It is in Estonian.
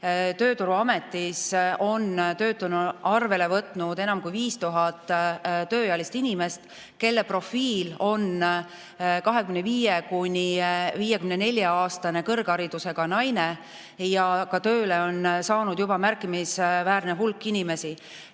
töökohti. Tööturuametis on end töötuna arvele võtnud enam kui 5000 tööealist inimest, kelle profiil on 25–54-aastane kõrgharidusega naine. Ja ka tööle on saanud juba märkimisväärne hulk inimesi.